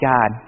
God